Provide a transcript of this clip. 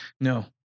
No